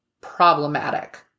problematic